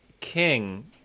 king